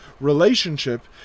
relationship